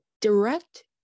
direct